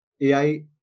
ai